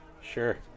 Sure